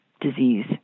disease